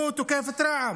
הוא תוקף את רע"מ,